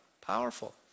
Powerful